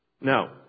Now